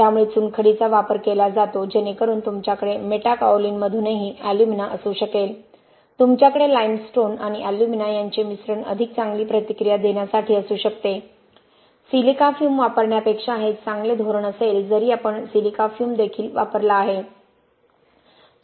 त्यामुळे चुनखडीचा वापर केला जातो जेणेकरून तुमच्याकडे मेटाकाओलिनमधूनही एल्युमिना असू शकेल तुमच्याकडे लाइमस्टोन आणि एल्युमिना यांचे मिश्रण अधिक चांगली प्रतिक्रिया देण्यासाठी असू शकते सिलिका फ्यूम वापरण्यापेक्षा हे एक चांगले धोरण असेल जरी आपण सिलिका फ्यूम देखील वापरला आहे